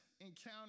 encounter